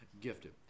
gifted